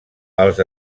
els